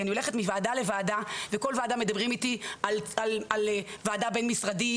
אני הולכת מוועדה לוועדה ובכל ועדה מדברים איתי על ועדה בין משרדית